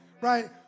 Right